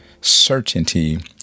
certainty